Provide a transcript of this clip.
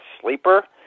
sleeper